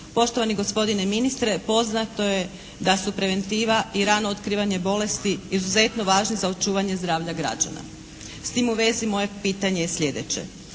Poštovani gospodine ministre, poznato je da su preventiva i rano otkrivanje bolesti izuzetno važni za očuvanje zdravlja građana. S tim u vezi moje pitanje je slijedeće: